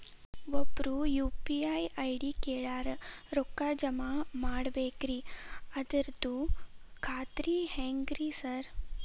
ಒಬ್ರು UPI ID ಕಳ್ಸ್ಯಾರ ರೊಕ್ಕಾ ಜಮಾ ಮಾಡ್ಬೇಕ್ರಿ ಅದ್ರದು ಖಾತ್ರಿ ಹೆಂಗ್ರಿ ಸಾರ್?